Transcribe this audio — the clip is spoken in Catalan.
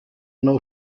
nou